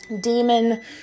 demon